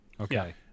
Okay